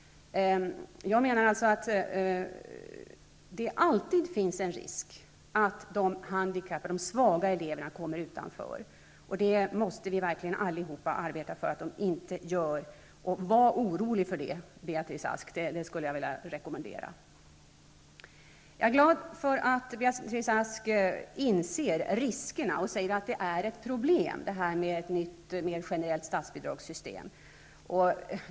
Det finns alltid en risk att de handikappade, de svaga eleverna, hamnar utanför. Vi måste alla arbeta för att de inte gör det. Var orolig för detta Beatrice Ask, det skulle jag vilja rekommendera. Jag är glad över att Beatrice Ask inser riskerna och säger att ett generellt statsbidragssystem är ett problem.